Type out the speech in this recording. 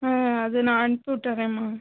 ஆ அது நான் அனுப்பிவிட்டுறேம்மா